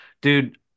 dude